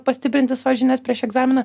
pastiprinti savo žinias prieš egzaminą